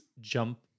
jump